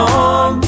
on